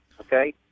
Okay